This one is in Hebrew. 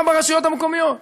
גם ברשויות המקומיות.